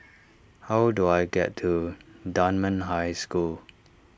how do I get to Dunman High School